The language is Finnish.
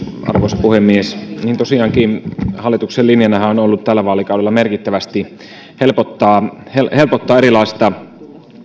arvoisa puhemies tosiaankin hallituksen linjanahan on ollut tällä vaalikaudella merkittävästi helpottaa